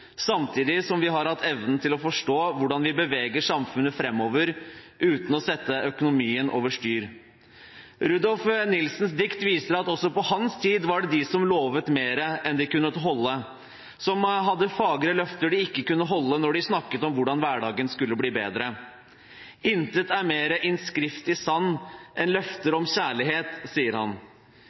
samtidig som vi har hatt evnen til å forstå hvordan vi beveger samfunnet framover uten å sette økonomien over styr. Rudolf Nilsens dikt viser at også på hans tid var det de som lovet mer enn de kunne holde, som hadde fagre løfter de ikke kunne holde når de snakket om hvordan hverdagen skulle bli bedre. «Intet er mere som skrift i sand enn løfter om kjærlighet», skriver han.